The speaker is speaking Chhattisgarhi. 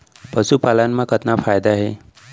पशुपालन मा कतना फायदा हे?